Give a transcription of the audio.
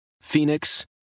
Phoenix